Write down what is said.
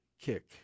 Kick